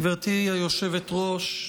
גברתי היושבת-ראש,